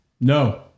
No